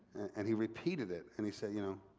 and he repeated it and he said, you know,